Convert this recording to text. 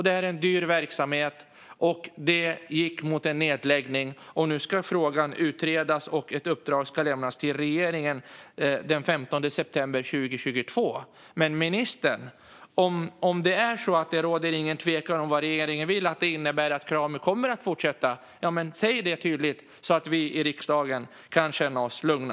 Det är en dyr verksamhet, och den gick mot en nedläggning. Nu ska frågan utredas, och uppdraget ska lämnas till regeringen den 15 september 2022. Om det är så att det inte råder någon tvekan om vad regeringen vill, ministern, och att det innebär att Krami kommer att fortsätta, säg det då tydligt så att vi i riksdagen kan känna oss lugna.